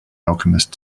alchemist